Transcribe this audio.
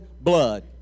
blood